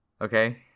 Okay